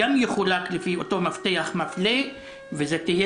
יחולק אף הוא על פי אותו מפתח מפלה וזו תהיה